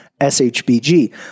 SHBG